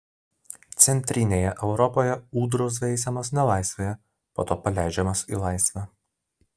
centrinėje europoje ūdros veisiamos nelaisvėje po to paleidžiamos į laisvę